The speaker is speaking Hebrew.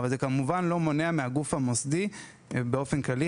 אבל זה לא מונע מהגוף המוסדי באופן כללי,